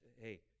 hey